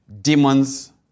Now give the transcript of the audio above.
demons